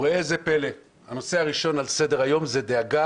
ראה זה פלא, הנושא הראשון על סדר-היום הוא דאגה